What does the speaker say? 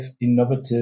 innovative